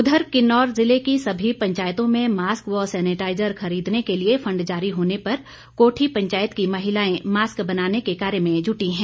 उधर किन्नौर जिले की सभी पंचायतों में मास्क व सेनिटाईजर खरीदने के लिए फंड जारी होने पर कोठी पंचायत की महिलाएं मास्क बनाने के कार्य में जुटी हैं